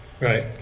Right